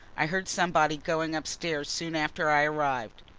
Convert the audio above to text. i heard somebody going upstairs soon after i arrived.